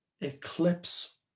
eclipse